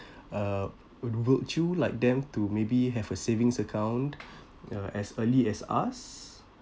uh would you like them to maybe have a savings account you know as early as us